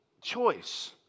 choice